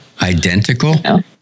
identical